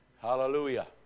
Hallelujah